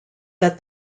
that